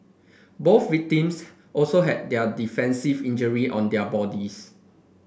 both victims also had their defensive injury on their bodies